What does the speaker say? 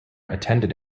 attended